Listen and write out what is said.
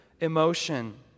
emotion